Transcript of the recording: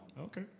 Okay